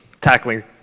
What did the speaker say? tackling